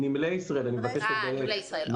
אני מבקש לדייק - נמלי ישראל.